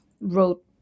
wrote